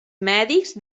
mèdics